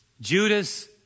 Judas